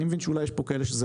ייצור חופשי כמו ששוק מתנהל.